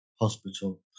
hospital